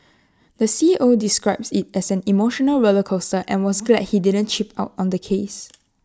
the C E O describes IT as an emotional roller coaster and was glad he didn't cheap out on the case